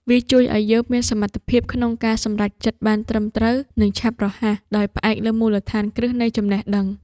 វាជួយឱ្យយើងមានសមត្ថភាពក្នុងការសម្រេចចិត្តបានត្រឹមត្រូវ និងឆាប់រហ័ស ដោយផ្អែកលើមូលដ្ឋានគ្រឹះនៃចំណេះដឹង។